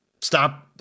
stop